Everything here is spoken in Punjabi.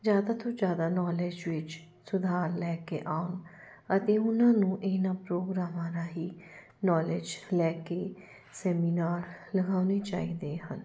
ਜ਼ਿਆਦਾ ਤੋਂ ਜ਼ਿਆਦਾ ਨੌਲੇਜ ਵਿੱਚ ਸੁਧਾਰ ਲੈ ਕੇ ਆਉਣ ਅਤੇ ਉਹਨਾਂ ਨੂੰ ਇਹਨਾਂ ਪ੍ਰੋਗਰਾਮਾਂ ਰਾਹੀਂ ਨੌਲੇਜ ਲੈ ਕੇ ਸੈਮੀਨਾਰ ਲਗਾਉਣੇ ਚਾਹੀਦੇ ਹਨ